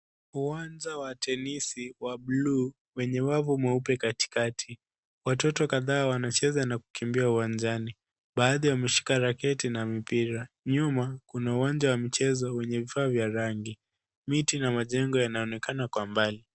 Uwanja wa telisi wa bluu wenye wavu mweupe katikati, watoto kadhaa wanacheza na kukimbia uwanjani. Baadhi wameshika raketi na mpira, nyuma kuna uwanja wa mchezo wenye vifaa vya rangi miti na majengo yanaonekana kwa mbali.